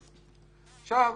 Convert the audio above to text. היא פסולה,